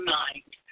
mind